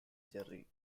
jerry